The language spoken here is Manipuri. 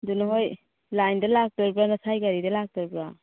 ꯑꯗꯨ ꯅꯧꯍꯣꯏ ꯂꯥꯏꯟꯗ ꯂꯥꯛꯇꯣꯔꯤꯕ꯭ꯔ ꯅꯁꯥꯒꯤ ꯒꯥꯔꯤꯗ ꯂꯥꯛꯇꯣꯔꯤꯕ꯭ꯔ